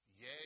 Yay